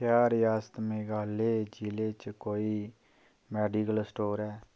क्या रियासत मेघालय जिले च कोई मेडिकल स्टोर ऐ